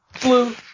Blue